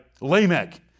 Lamech